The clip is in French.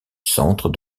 centre